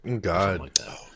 God